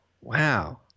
wow